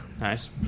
nice